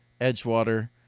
Edgewater